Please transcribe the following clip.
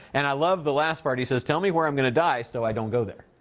and i love the last part, he says, tell me where i'm going to die so i don't go there.